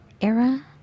era